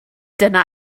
dyna